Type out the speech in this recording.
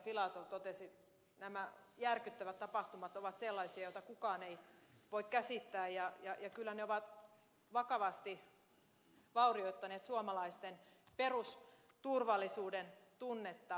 filatov totesi nämä järkyttävät tapahtumat ovat sellaisia joita kukaan ei voi käsittää ja kyllä ne ovat vakavasti vaurioittaneet suomalaisten perusturvallisuuden tunnetta